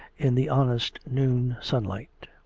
in the honest noon sunlight.